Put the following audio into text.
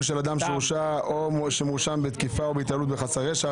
של אדם שהורשע או שמואשם בהתעללות בחסר ישע,